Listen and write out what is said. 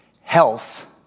health